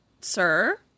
sir